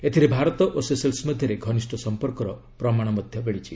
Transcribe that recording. ଏଥିରେ ଭାରତ ଓ ସେସେଲ୍ସ୍ ମଧ୍ୟରେ ଘନିଷ୍ଠ ସମ୍ପର୍କର ପ୍ରମାଣ ମିଳିଛି